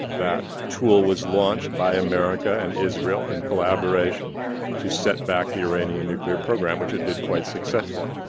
that tool was launched by america and israel in collaboration to set back the iranian nuclear program, which it did quite successfully.